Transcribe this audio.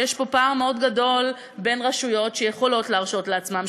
שיש פה פער מאוד גדול בין רשויות שיכולות להרשות לעצמן,